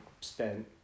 spent